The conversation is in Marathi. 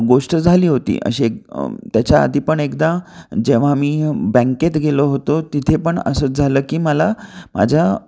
गोष्ट झाली होती अशी त्याच्याआधी पण एकदा जेव्हा मी बँकेत गेलो होतो तिथे पण असंच झालं की मला माझ्या